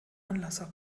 anlasser